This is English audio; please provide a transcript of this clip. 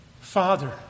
Father